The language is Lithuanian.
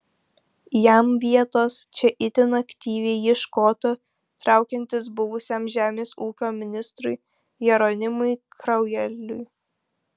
jam vietos čia itin aktyviai ieškota traukiantis buvusiam žemės ūkio ministrui jeronimui kraujeliui